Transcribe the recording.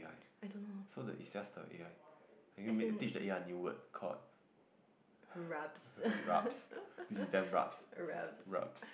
I don't know as in rubs rubs